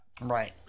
right